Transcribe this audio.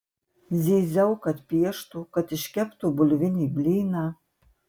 zyziau kad pieštų kad iškeptų bulvinį blyną